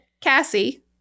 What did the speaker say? Cassie